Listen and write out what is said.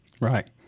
Right